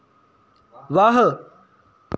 वाह्